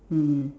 mm